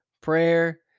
prayer